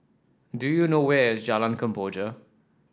do you know where is Jalan Kemboja